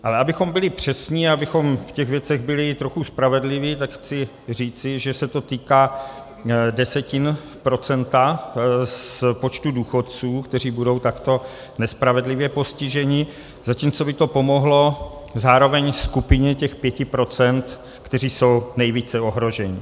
Ale abychom byli přesní a abychom v těch věcech byli trochu spravedliví, tak chci říci, že se to týká desetin procenta z počtu důchodců, kteří budou takto nespravedlivě postiženi, zatímco by to pomohlo zároveň skupině těch 5 %, kteří jsou nejvíce ohroženi.